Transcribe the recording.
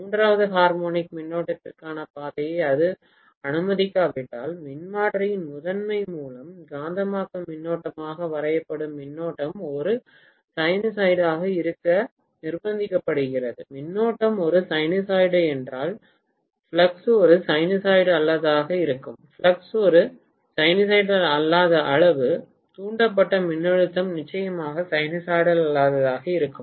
மூன்றாவது ஹார்மோனிக் மின்னோட்டத்திற்கான பாதையை அது அனுமதிக்காவிட்டால் மின்மாற்றியின் முதன்மை மூலம் காந்தமாக்கும் மின்னோட்டமாக வரையப்படும் மின்னோட்டம் ஒரு சைனசாய்டாக இருக்க நிர்பந்திக்கப்படுகிறது மின்னோட்டம் ஒரு சைனசாய்டு என்றால் ஃப்ளக்ஸ் ஒரு சைனசாய்டு அல்லாததாக இருக்கும் ஃப்ளக்ஸ் ஒரு சைனூசாய்டல் அல்லாத அளவு தூண்டப்பட்ட மின்னழுத்தம் நிச்சயமாக சைனூசாய்டல் அல்லாததாக இருக்கும்